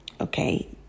okay